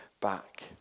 back